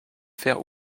faire